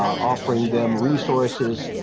offering them resources.